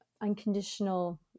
unconditional